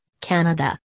Canada